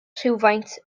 rhywfaint